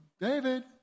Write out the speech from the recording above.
David